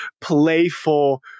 playful